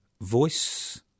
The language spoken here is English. Voice